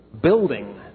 building